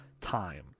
time